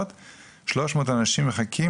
מעבר לחוק,